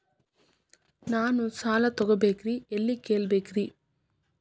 ನಾನು ಸಾಲ ತೊಗೋಬೇಕ್ರಿ ಎಲ್ಲ ಕೇಳಬೇಕ್ರಿ?